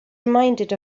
reminded